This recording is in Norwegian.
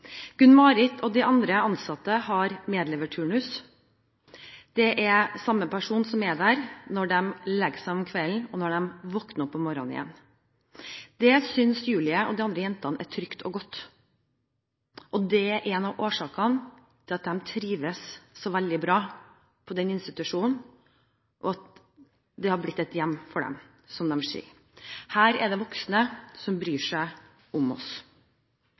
Gunn Marit og de andre ansatte har medleverturnus – det er samme person som er der når de legger seg om kvelden og når de våkner opp om morgenen igjen. Det synes Julie og de andre jentene er trygt og godt, og det er en av årsakene til at de trives veldig bra på den institusjonen og at det har blitt et hjem for dem – som de sier: Her er det voksne som bryr seg om oss.